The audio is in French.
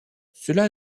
cela